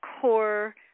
core